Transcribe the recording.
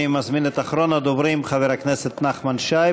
אני מזמין את אחרון הדוברים, חבר הכנסת נחמן שי.